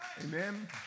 Amen